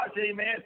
amen